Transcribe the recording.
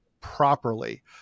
properly